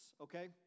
okay